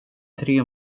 tre